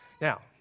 Now